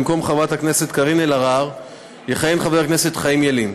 במקום חברת הכנסת קארין אלהרר יכהן חבר הכנסת חיים ילין,